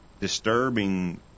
disturbing